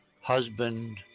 husband